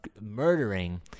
murdering